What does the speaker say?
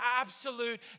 absolute